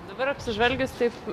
dabar apsižvalgęs taip